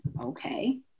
Okay